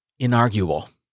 Inarguable